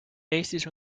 eestis